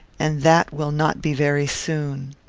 and that will not be very soon.